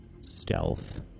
stealth